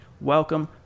welcome